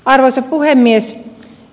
arvoisa puhemies